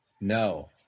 No